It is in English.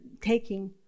taking